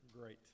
great